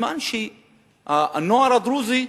סימן שהנוער הדרוזי,